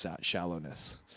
shallowness